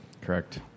Correct